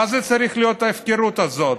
מה זה צריך להיות, ההפקרות הזאת?